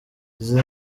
izi